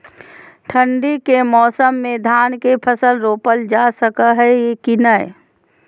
ठंडी के मौसम में धान के फसल रोपल जा सको है कि नय?